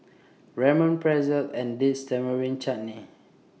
Ramen Pretzel and Dates Tamarind Chutney